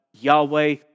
Yahweh